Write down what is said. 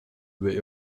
über